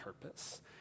purpose